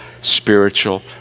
spiritual